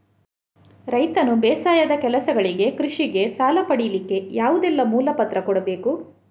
ರೈತನು ಬೇಸಾಯದ ಕೆಲಸಗಳಿಗೆ, ಕೃಷಿಗೆ ಸಾಲ ಪಡಿಲಿಕ್ಕೆ ಯಾವುದೆಲ್ಲ ಮೂಲ ಪತ್ರ ಕೊಡ್ಬೇಕು?